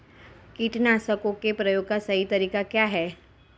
कीटनाशकों के प्रयोग का सही तरीका क्या है?